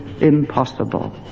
impossible